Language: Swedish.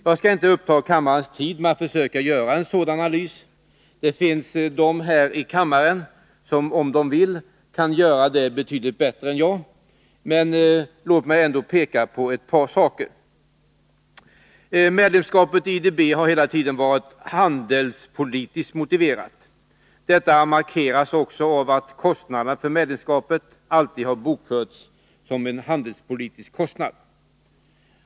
Jag skall inte uppta kammarens tid med att försöka göra en sådan analys — det finns de här i kammaren som, om de vill, kan göra det betydligt bättre än jag — men låt mig ändå peka på ett par saker. Medlemskapet i IDB har hela tiden varit handelspolitiskt motiverat. Detta markeras också av att kostnaderna för medlemskapet alltid har bokförts som en handelspolitisk kostnad.